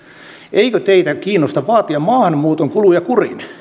eikö teitä kiinnosta vaatia maahanmuuton kuluja kuriin